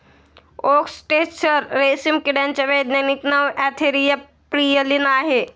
okay टेसर रेशीम किड्याचे वैज्ञानिक नाव अँथेरिया प्रियलीन आहे